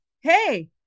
Hey